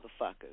motherfuckers